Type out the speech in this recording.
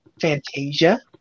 Fantasia